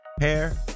hair